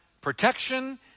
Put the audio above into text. protection